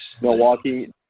Milwaukee